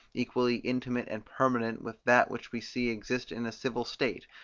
equally intimate and permanent with that which we see exist in a civil state,